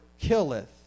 killeth